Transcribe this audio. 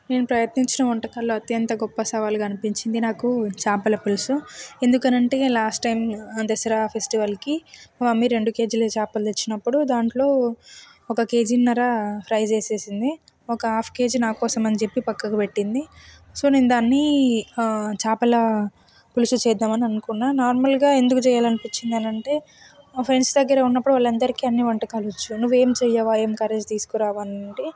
నేను ప్రయత్నించిన వంటకాల్లో అత్యంత గొప్ప సవాలు కనిపించింది నాకు చేపల పులుసు ఎందుకంటే లాస్ట్ టైం దసరా ఫెస్టివల్కి మమ్మీ రెండు కేజీల చేపలు తెచ్చినప్పుడు దాంట్లో ఒక కేజీన్నర ఫ్రై చేసేసింది ఒక హాఫ్ కేజీ నాకోసం అని చెప్పి పక్కకు పెట్టింది సో నేను దాన్ని చేపల పులుసు చేద్దామని అనుకున్నా నార్మల్గా ఎందుకు చేయాలి అనిపించింది అని అంటే మా ఫ్రెండ్స్ దగ్గర ఉన్నప్పుడు వాళ్ళందరికీ అన్నీ వంటకాలు వచ్చు నువ్వు ఏమి చేయవా ఏం కర్రీ తీసుకురావా అంటే